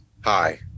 Hi